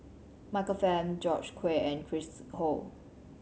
Michael Fam George Quek and Chris Ho